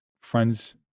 friends